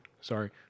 Sorry